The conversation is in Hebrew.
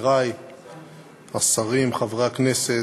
חברי השרים, חברי הכנסת,